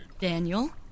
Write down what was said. Daniel